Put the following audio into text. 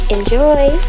Enjoy